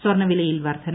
സ്വർണവിലയിൽ വർദ്ധന